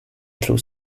through